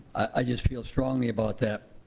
i just feel strongly about that.